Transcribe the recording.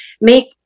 make